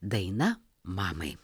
daina mamai